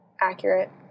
Accurate